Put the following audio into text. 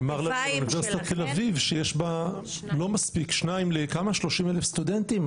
נאמר לנו על-ידי אוניברסיטת תל-אביב שיש בה שניים ל-30,000 סטודנטים.